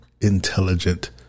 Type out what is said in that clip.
intelligent